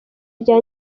rya